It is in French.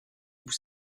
vous